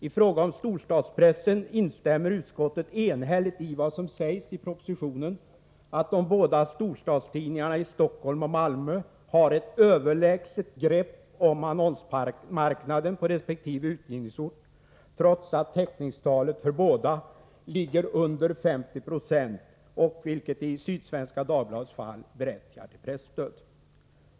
I fråga om storstadspressen instämmer utskottet enhälligt i vad som sägs i propositionen, att de båda storstadstidningarna i Stockholm och Malmö har ett överlägset grepp om annonsmarknaden på resp. utgivningsort trots att täckningstalet för båda ligger under 50 96, vilket i Sydsvenska Dagbladets fall berättigar till presstöd.